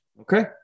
Okay